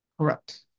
Correct